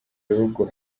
bihugu